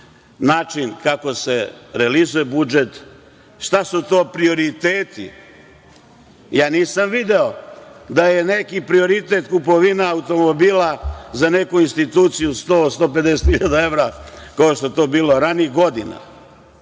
način kako se realizuje budžet, šta su to prioriteti. Ja nisam video da je neki prioritet kupovina automobila za neku instituciju od 100-150 hiljada evra, kao što je to bilo ranijih godina.